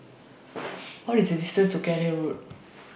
What IS The distance to Cairnhill Road